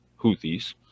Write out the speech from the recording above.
Houthis